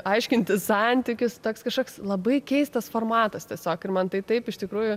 aiškintis santykius teks kažkoks labai keistas formatas tiesiog ir man tai taip iš tikrųjų